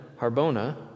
Harbona